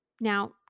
Now